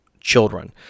children